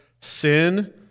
sin